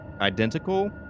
identical